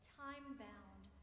time-bound